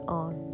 on